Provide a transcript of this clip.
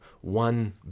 one